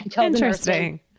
Interesting